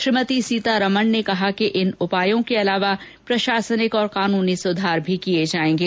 श्रीमती सीतारमण ने कहा कि इन उपायों के अलावा प्रशासनिक और कानूनी सुधार भी किए जाएंगे